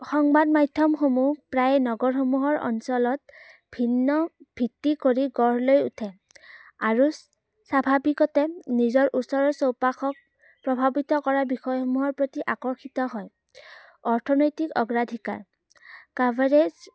সংবাদ মাধ্যমসমূহ প্ৰায় নগৰসমূহৰ অঞ্চলত ভিন্ন ভিত্তি কৰি গঢ় লৈ উঠে আৰু স্বাভাৱিকতে নিজৰ ওচৰৰ চৌপাশক প্ৰভাৱিত কৰা বিষয়সমূহৰ প্ৰতি আকৰ্ষিত হয় অৰ্থনৈতিক অগ্ৰাধিকাৰ কাভাৰেজ